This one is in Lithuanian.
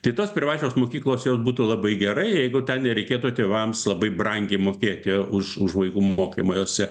tai tos privačios mokyklos jos būtų labai gerai jeigu ten nereikėtų tėvams labai brangiai mokėti už už vaikų mokymą jose